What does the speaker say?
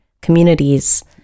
communities